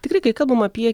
tikrai kai kalbam apie